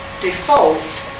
default